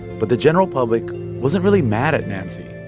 but the general public wasn't really mad at nancy.